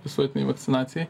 visuotinei vakcinacijai